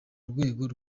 rwego